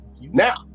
Now